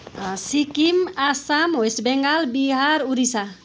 Sikkim Assam west Bengal Bihar Odisha